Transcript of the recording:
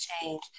change